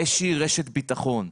איזה שהיא רשת ביטחון,